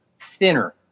thinner